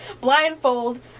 blindfold